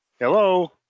Hello